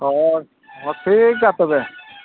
ᱦᱚᱭ ᱦᱚᱭ ᱴᱷᱤᱠ ᱜᱮᱭᱟ ᱛᱚᱵᱮ